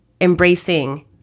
embracing